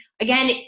again